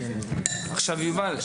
יובל,